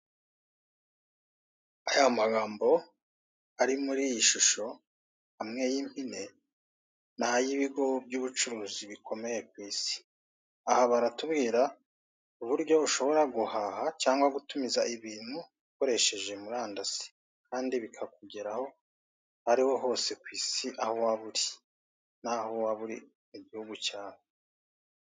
Aya magambo ari muri iyi shusho amwe y'impine n' ay'ibigo by'ubucuruzi bikomeye ku isi, aha baratubwira uburyo ushobora guhaha cyangwa gutumiza ibintu ukoresheje murandasi, kandi bikakugeraho aho ari ho hose ku isi aho waba uri naho waba uri mu gihugu cyawe.